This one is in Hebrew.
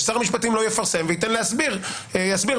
ששר המשפטים לא יפרסם וייתן להסביר בפעם